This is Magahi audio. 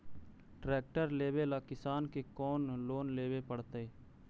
ट्रेक्टर लेवेला किसान के कौन लोन लेवे पड़तई?